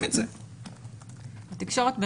זה בתקנות ולא בתקנות.